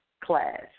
Class